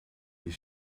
die